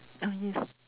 oh yes